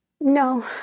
No